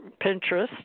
Pinterest